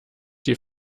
die